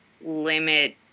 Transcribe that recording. limit